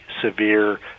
severe